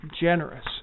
generous